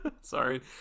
sorry